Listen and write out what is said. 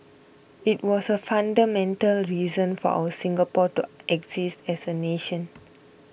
it was the fundamental reason for our Singapore to exist as a nation